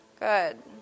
Good